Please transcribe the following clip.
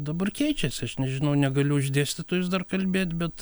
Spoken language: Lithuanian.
dabar keičiasi aš nežinau negaliu už dėstytojus dar kalbėt bet